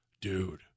dude